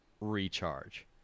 recharge